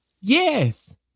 yes